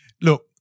look